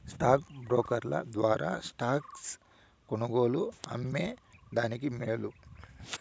stock బ్రోకర్ల ద్వారా stocks కొనుగోలు, అమ్మే దానికి మేలు